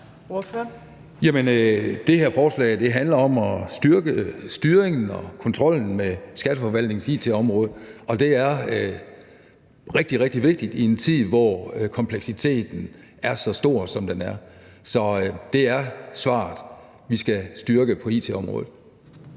det her forslag handler om at styrke styringen og kontrollen med skatteforvaltningens it-område, og det er rigtig, rigtig vigtigt i en tid, hvor kompleksiteten er så stor, som den er. Så det er svaret. Vi skal styrke it-området.